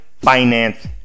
finance